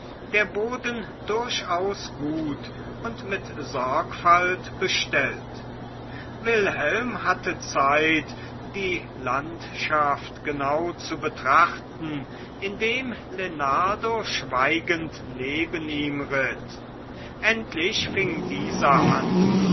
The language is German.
der boden durchaus gut und mit sorgfalt bestellt wilhelm hatte zeit die landschaft genau zu betrachten indem lenardo schweigend neben ihm ritt endlich fing dieser an